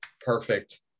perfect